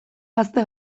gazte